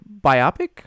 Biopic